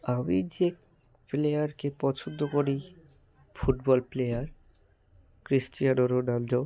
আমি যে প্লেয়ারকে পছন্দ করি ফুটবল প্লেয়ার ক্রিশ্চিয়ানো রোনাল্ডো